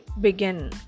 begin